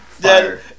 Dad